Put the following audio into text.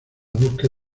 búsqueda